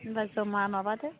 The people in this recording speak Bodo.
होनबा जमा माबादो